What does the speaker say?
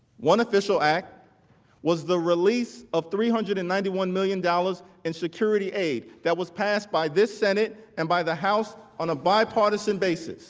one official act was the release of three hundred and ninety one million dollars in security aid that was passed by the senate and by the house on a bipartisan basis